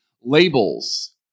labels